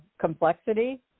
complexity